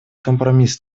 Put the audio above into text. компромисс